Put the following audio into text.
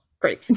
great